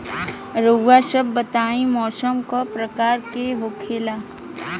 रउआ सभ बताई मौसम क प्रकार के होखेला?